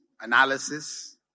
Analysis